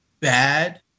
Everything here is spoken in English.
bad